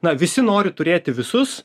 na visi nori turėti visus